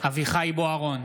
בוארון,